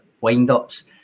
wind-ups